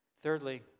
Thirdly